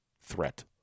threat